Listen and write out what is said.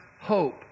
hope